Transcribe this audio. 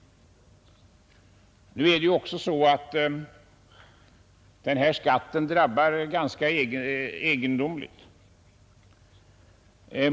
Det är också så att den här skatten drabbar ganska egendomligt.